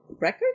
record